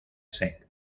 sec